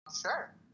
Sure